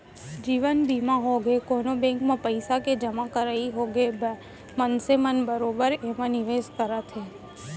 जीवन बीमा होगे, कोनो बेंक म पइसा के जमा करई होगे मनसे मन बरोबर एमा निवेस करत हे